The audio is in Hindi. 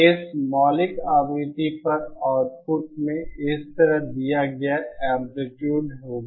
इसलिए मौलिक आवृत्ति पर आउटपुट में इस तरह दिया गया एंप्लीट्यूड होगा